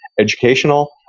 educational